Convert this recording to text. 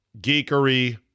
geekery